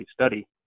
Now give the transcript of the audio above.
study